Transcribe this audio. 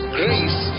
grace